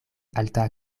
alta